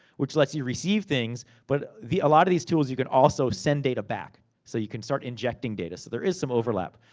which lets you receive things. but, a lot of these tools, you can also send data back. so, you can start injecting data. so, there is some overlap.